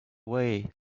way